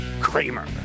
Kramer